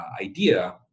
idea